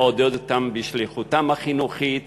מעודד את מורים בשליחותם החינוכית